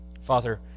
Father